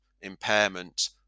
impairment